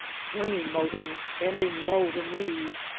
swinging motion, bending low the knees,